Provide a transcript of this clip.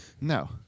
No